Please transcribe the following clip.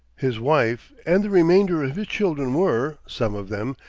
his wife and the remainder of his children were, some of them,